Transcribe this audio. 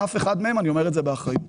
אני לא רואה בזה את הבעיה עיקרית.